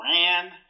ran